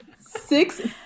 six